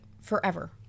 forever